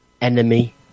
enemy